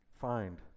find